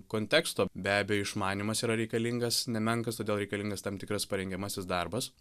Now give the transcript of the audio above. konteksto be abejo išmanymas yra reikalingas nemenkas todėl reikalingas tam tikras parengiamasis darbas